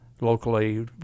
locally